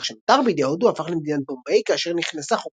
השטח שנותר בידי הודו הפך למדינת בומביי כאשר נכנסה